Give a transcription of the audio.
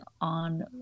on